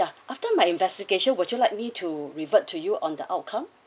ya after my investigation would you like me to revert to you on the outcome